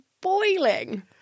boiling